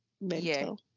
mental